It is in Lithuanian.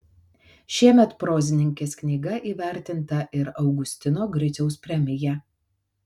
šiemet prozininkės knyga įvertinta ir augustino griciaus premija